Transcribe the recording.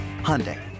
Hyundai